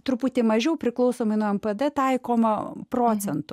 truputį mažiau priklausomai nuo tada taikoma procentų